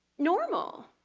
normal.